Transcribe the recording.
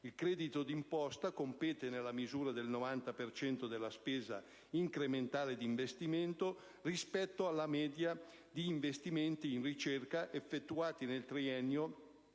Il credito d'imposta compete nella misura del 90 per cento della spesa incrementale di investimento, rispetto alla media di investimenti in ricerca effettuati nel triennio